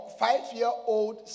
five-year-old